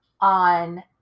on –